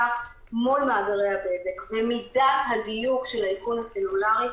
מול מאגרי הבזק ומידת הדיוק של האיכון הסלולארי,